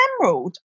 Emerald